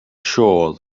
sure